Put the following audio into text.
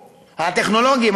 הטכנולוגיים,